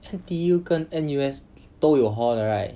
N_T_U 跟 N_U_S 都有 hall 的 right